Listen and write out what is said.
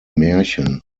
märchen